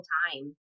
time